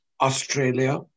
Australia